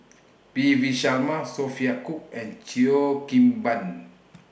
P V Sharma Sophia Cooke and Cheo Kim Ban